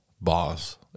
boss